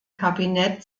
kabinett